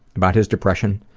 about his depression,